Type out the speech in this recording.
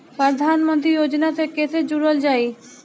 प्रधानमंत्री योजना से कैसे जुड़ल जाइ?